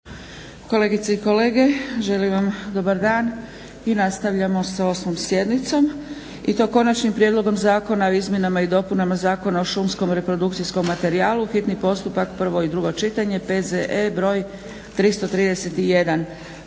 Kolegice i kolege, želim vam dobar dan i nastavljamo sa 8. sjednicom i to - Konačni prijedlog zakona o izmjenama i dopunama Zakona o šumskom reprodukcijskom materijalu, hitni postupak, prvo i drugo čitanje, P.Z.E. br. 331.